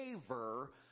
favor